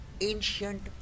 ancient